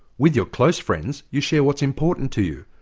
with your close friends you share what's important to you.